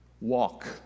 walk